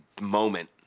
moment